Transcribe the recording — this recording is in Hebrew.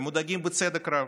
הם מודאגים בצדק רב.